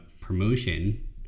promotion